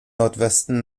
nordwesten